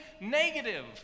negative